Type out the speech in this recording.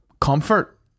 Comfort